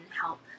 help